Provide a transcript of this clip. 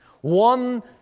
one